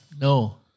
No